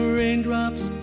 raindrops